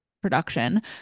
production